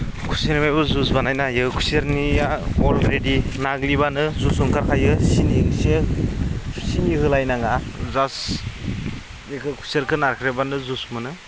खुसेरनिफ्रायबो जुइस बानायनो हायो खुसेरनिया अलरिडि नाग्लिब्लानो जुइस ओंखारखायो सिनि एसे सिनि होलायनाङा जास्ट बेखौ खुसेरखो नाख्रेबब्लानो जुइस मोनो